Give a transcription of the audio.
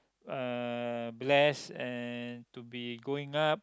uh blessed and to be growing up